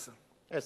עשר.